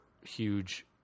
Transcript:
huge